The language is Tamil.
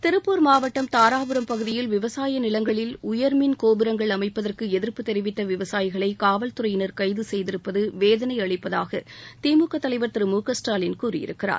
திருப்பூர் மாவட்டம் தாராபுரம் பகுதியில் விவசாய நிலங்களில் உயர் மின் கோபுரங்கள் அமைப்பதற்கு எதிர்ப்பு தெரிவித்த விவசாயிகளை காவல்துறையினர் கைது செய்திருப்பது வேதனை அளிப்பதாக திமுக தலைவர் திரு மு க ஸ்டாலின் கூறியிருக்கிறார்